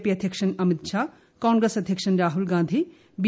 P അധ്യുക്ഷൻ അമിത്ഷാ കോൺഗ്രസ് അധ്യക്ഷൻ രാഹുൽഗാസ്ട്രി പ്രി